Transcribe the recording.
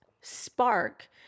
Spark